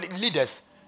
leaders